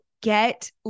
get